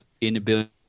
inability